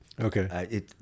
Okay